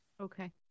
Okay